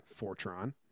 Fortron